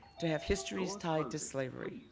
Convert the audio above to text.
to have histories tied to slavery.